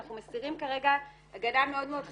אנחנו מסירים כרגע הגנה מאוד מאוד חשובה,